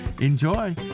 Enjoy